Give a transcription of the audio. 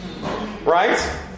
Right